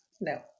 No